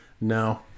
no